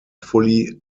fully